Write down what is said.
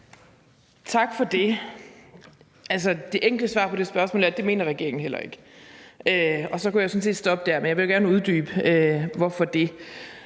Tak for det. Det enkle svar på det spørgsmål er, at det mener regeringen heller ikke. Og så kunne jeg sådan set stoppe der, men jeg vil jo gerne uddybe hvorfor. Det